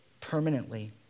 permanently